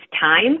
time